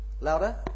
Louder